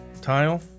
Tile